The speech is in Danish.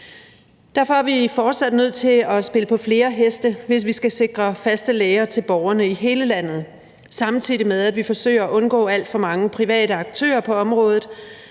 Derfor er vi fortsat nødt til at spille på flere heste, hvis vi skal sikre faste læger til borgerne i hele landet, samtidig med at vi forsøger at undgå alt for mange private aktører på området.